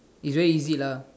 it's very easy lah